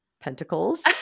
Pentacles